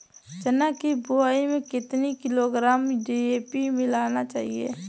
चना की बुवाई में कितनी किलोग्राम डी.ए.पी मिलाना चाहिए?